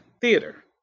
Theater